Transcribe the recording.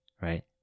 right